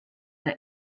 der